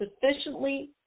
sufficiently